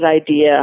idea